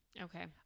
Okay